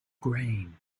grain